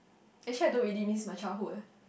actually I don't really miss my childhood eh